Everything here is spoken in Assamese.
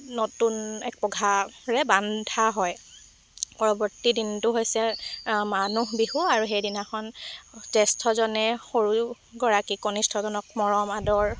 নতুন এক পঘাৰে বান্ধা হয় পৰৱৰ্তী দিনটো হৈছে মানুহ বিহু আৰু সেইদিনাখন জ্যেষ্ঠজনে সৰু গৰাকীক কনিষ্ঠজনক মৰম আদৰ